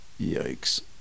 Yikes